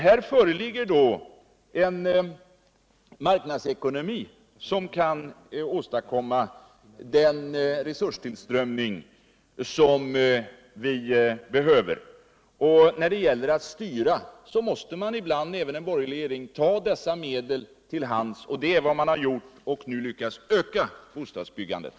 Här finns en marknadsekonomi som kan åstadkomma den resurstillströmning som vi behöver. På tal om att styra så måste man ibland —- det gäller även en borgerlig regering — ta medel i anspråk. Det är också vad vi har gjort, och vi har därmed lyckats öka bostadsbyggandet.